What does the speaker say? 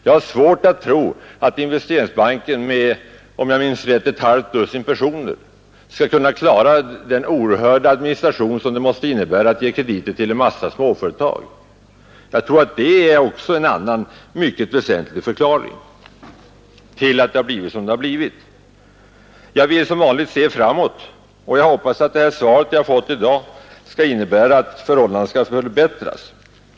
Jag har svårt att tro att Investeringsbanken med sin personal på, om jag minns rätt, ett halvt dussin personer skall kunna klara den oerhörda administration som krävs för att ge krediter till en mängd små företag. Jag tror att också det är en mycket väsentlig förklaring till den utveckling som ägt rum. Jag vill som vanligt se framåt, och jag hoppas att det svar jag fått i dag skall innebära att förhållandena förbättras.